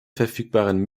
verfügbaren